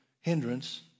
hindrance